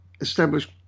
establish